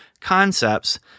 concepts